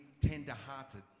tender-hearted